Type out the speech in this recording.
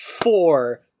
four